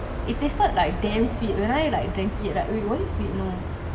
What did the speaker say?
it tasted like damn sweet but then when I drank it wait was it sweet no